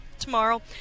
tomorrow